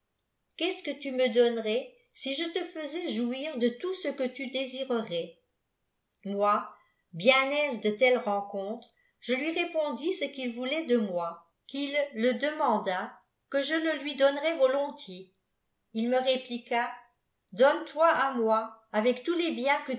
quest ep que tu me donnerais si je te faisais jouir de tout ce îjue tu délirerais f moi bien aise de telle rencortre je lui répojidis c qu'il youlait de moi qu'il le demandât que je ie lui donnerais volontiers il me répliqua donne-moi à moi avec tons tes biens